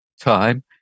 time